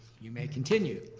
you may continue.